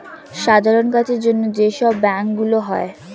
সাধারণ কাজের জন্য যে সব ব্যাংক গুলো হয়